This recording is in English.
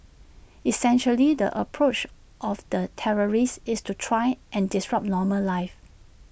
essentially the approach of the terrorists is to try and disrupt normal life